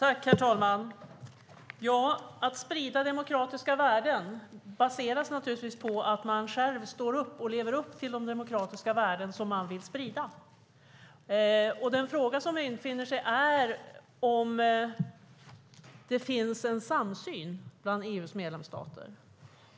Herr talman! Att sprida demokratiska värden baseras naturligtvis på att man själv står upp för och lever upp till de demokratiska värden som man vill sprida. Den fråga som infinner sig är om det finns en samsyn bland EU:s medlemsstater.